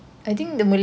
mm